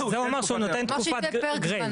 על זה הוא אמר שהוא נותן תקופת חסד.